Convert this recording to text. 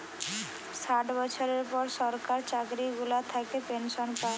ষাট বছরের পর সরকার চাকরি গুলা থাকে পেনসন পায়